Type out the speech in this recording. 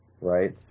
right